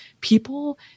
people